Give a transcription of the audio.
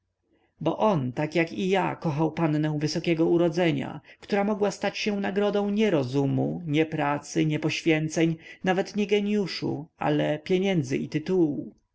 bo on tak jak i ja kochał pannę wysokiego urodzenia która mogła stać się nagrodą nie rozumu nie pracy nie poświęceń nawet nie geniuszu ale pieniędzy i tytułu